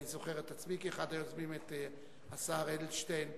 אני זוכר את עצמי כאחד היוזמים, את השר אדלשטיין.